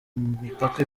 mipaka